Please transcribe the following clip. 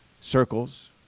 circles